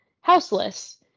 houseless